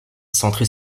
centrée